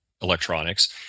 electronics